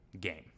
game